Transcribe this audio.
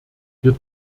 wir